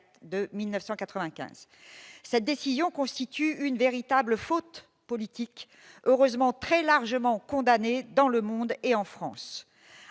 de 1995 cette décision constitue une véritable faute politique heureusement très largement condamnée dans le monde et en France,